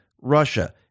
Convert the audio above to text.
Russia